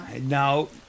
No